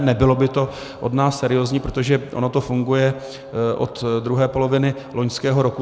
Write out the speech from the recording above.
Nebylo by to od nás seriózní, protože ono to funguje od druhé poloviny loňského roku.